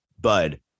Bud